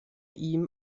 ihm